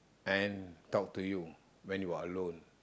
and talk to you when you are alone